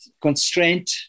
constraint